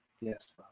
Yes